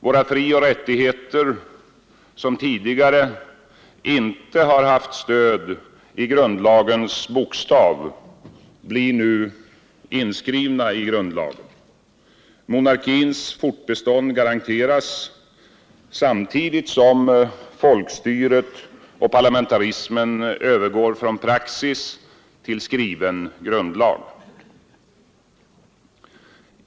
Våra frioch rättigheter, som tidigare inte har haft stöd i grundlagens bokstav, blir nu inskrivna i grundlagen. Monarkins fortbestånd garanteras samtidigt som folkstyret och parlamentarismen övergår från praxis till skriven grundlag.